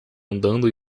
andando